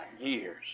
years